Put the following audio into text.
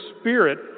spirit